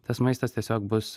tas maistas tiesiog bus